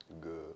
Good